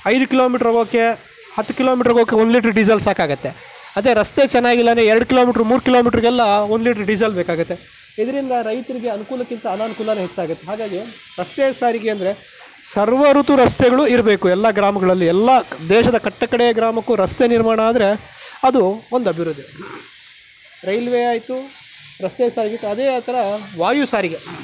ಐದು ಕಿಲೋಮೀಟ್ರ್ ಹೋಗೋಕೆ ಹತ್ತು ಕಿಲೋಮೀಟ್ರ್ ಹೋಗೋಕೆ ಒಂದು ಲೀಟ್ರ್ ಡೀಸೆಲ್ ಸಾಕಾಗತ್ತೆ ಅದೇ ರಸ್ತೆ ಚೆನ್ನಾಗಿಲ್ಲಂದ್ರೆ ಎರಡು ಕಿಲೋಮೀಟ್ರ್ ಮೂರು ಕಿಲೋಮೀಟ್ರ್ಗೆಲ್ಲ ಒಂದು ಲೀಟರ್ ಡೀಸೆಲ್ ಬೇಕಾಗತ್ತೆ ಇದರಿಂದ ರೈತರಿಗೆ ಅನುಕೂಲಕ್ಕಿಂತ ಅನಾನುಕೂಲವೇ ಹೆಚ್ಚಾಗುತ್ತೆ ಹಾಗಾಗಿ ರಸ್ತೆ ಸಾರಿಗೆ ಅಂದರೆ ಸರ್ವ ಋತು ರಸ್ತೆಗಳೂ ಇರಬೇಕು ಎಲ್ಲ ಗ್ರಾಮಗಳಲ್ಲಿ ಎಲ್ಲ ದೇಶದ ಕಟ್ಟ ಕಡೆಯ ಗ್ರಾಮಕ್ಕೂ ರಸ್ತೆ ನಿರ್ಮಾಣ ಆದರೆ ಅದು ಒಂದು ಅಭಿವೃದ್ಧಿ ರೈಲ್ವೆ ಆಯ್ತು ರಸ್ತೆ ಸಾರಿಗೆ ಅದೇ ಆ ಥರ ವಾಯು ಸಾರಿಗೆ